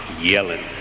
yelling